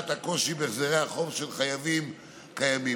הקושי בהחזרי החוב של חייבים קיימים.